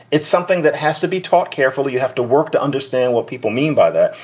it's something that has to be taught carefully. you have to work to understand what people mean by that.